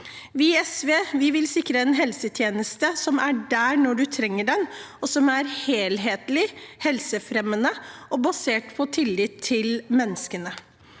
Vi i SV vil sikre en helsetjeneste som er der når du trenger den, og som er helhetlig, helsefremmende og basert på tillit til menneskene.